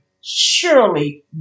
surely